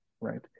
right